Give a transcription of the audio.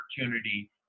opportunity